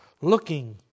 looking